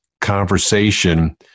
conversation